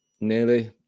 nearly